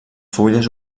fulles